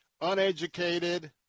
uneducated